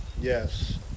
Yes